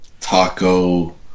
Taco